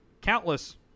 countless